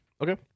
Okay